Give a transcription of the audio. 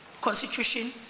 Constitution